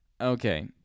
Okay